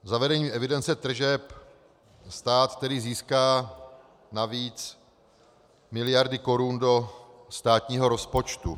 Zavedením evidence tržeb stát tedy získá navíc miliardy korun do státního rozpočtu.